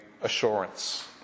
Assurance